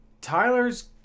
Tyler's